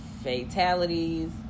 fatalities